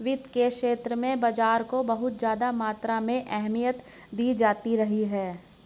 वित्त के क्षेत्र में बाजारों को बहुत ज्यादा मात्रा में अहमियत दी जाती रही है